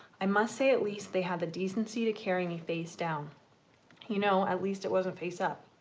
i must say at least they had the decency to carry me facedown you know at least it wasn't face up.